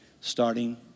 starting